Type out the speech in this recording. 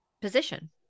position